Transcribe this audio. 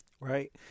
Right